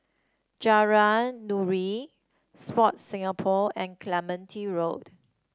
Nuri Sport Singapore and Clementi Road